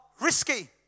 risky